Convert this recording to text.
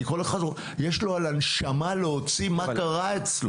כי לכל אחד יש על הנשמה יש אצא על הנשמה מה קרה אצלו.